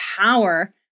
power